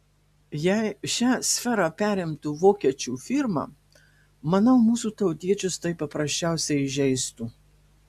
jei šią sferą perimtų vokiečių firma manau mūsų tautiečius tai paprasčiausiai įžeistų